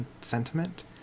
sentiment